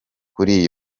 kuri